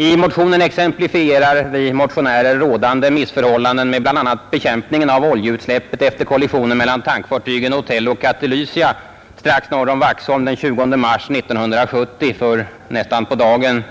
I motionen exemplifierar vi motionärer rådande missförhållanden med bl.a. bekämpningen av oljeutsläppet efter kollisionen mellan tankfartygen Otello och Katelysia strax norr om Vaxholm den 20 mars 1970 — alltså för nästan på dagen